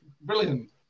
Brilliant